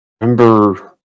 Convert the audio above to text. remember